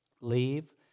leave